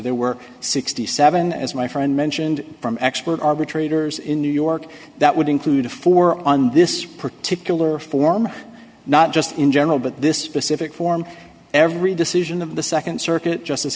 there were sixty seven as my friend mentioned from expert arbitrators in new york that would include a four on this particular form not just in general but this specific form every decision of the nd circuit justice